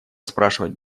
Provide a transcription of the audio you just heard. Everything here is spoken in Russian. спрашивать